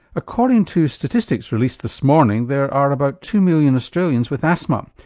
according to statistics released this morning there are about two million australians with asthma,